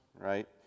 right